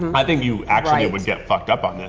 um i think you actually would get fucked up on this.